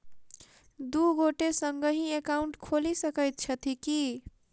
दु गोटे संगहि एकाउन्ट खोलि सकैत छथि की?